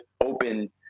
open